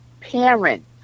parents